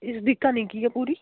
ਇਸ ਦੀ ਕਹਾਣੀ ਕੀ ਹੈ ਪੂਰੀ